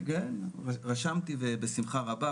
רשמתי ובשמחה רבה,